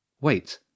Wait